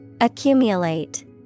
Accumulate